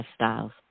Lifestyles